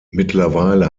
mittlerweile